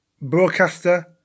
broadcaster